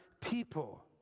people